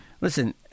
Listen